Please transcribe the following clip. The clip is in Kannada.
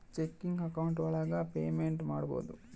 ಚೆಕಿಂಗ್ ಅಕೌಂಟ್ ಒಳಗ ಪೇಮೆಂಟ್ ಮಾಡ್ಬೋದು